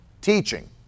teaching